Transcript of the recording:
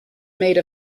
made